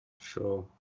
Sure